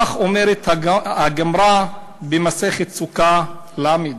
כך אומרת הגמרא במסכת סוכה ל'.